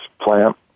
plant